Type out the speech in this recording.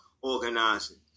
organizing